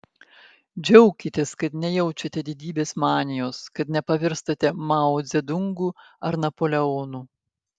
džiaukitės kad nejaučiate didybės manijos kad nepavirstate mao dzedungu ar napoleonu